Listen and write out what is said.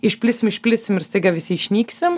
išplisim išplisim ir staiga visi išnyksim